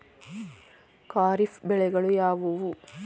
ಖಾರಿಫ್ ಬೆಳೆಗಳು ಯಾವುವು?